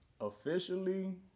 officially